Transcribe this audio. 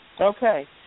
Okay